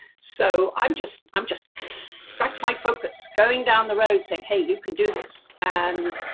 so i'm just, i'm just that's my focus going down the road saying hey you can do this and,